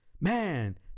man